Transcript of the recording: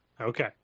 Okay